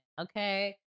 Okay